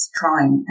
trying